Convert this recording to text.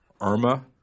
Irma